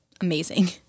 amazing